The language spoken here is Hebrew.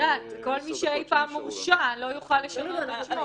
מי שאי-פעם הורשע לא יוכל לשנות את שמו.